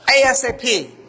ASAP